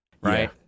Right